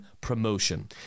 promotion